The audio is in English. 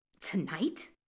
Tonight